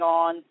on